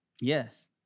Yes